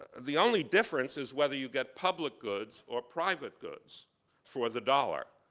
the only difference is whether you get public goods or private goods for the dollar.